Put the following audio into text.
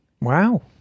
Wow